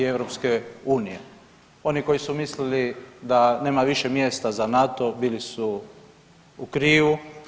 Oni koji su mislili da nema više mjesta za NATO bilo su u krivu.